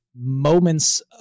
moments